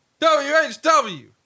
WHW